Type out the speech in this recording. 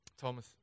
Thomas